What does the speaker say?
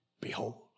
Behold